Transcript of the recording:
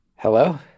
Hello